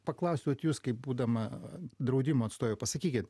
paklaust vat jūs kaip būdama draudimo atstovė pasakykit